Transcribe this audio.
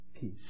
peace